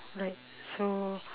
right so